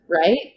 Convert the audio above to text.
right